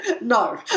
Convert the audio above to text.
no